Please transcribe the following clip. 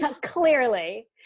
clearly